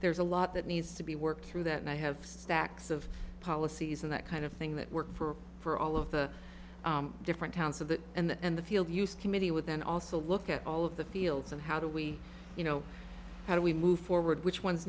there's a lot that needs to be worked through that and i have stacks of policies and that kind of thing that work for for all of the different accounts of the and the field use committee with and also look at all of the fields and how do we you know how do we move forward which one